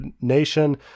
nation